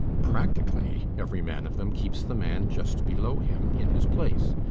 practically, every man of them keeps the man just below him in his place.